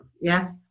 Yes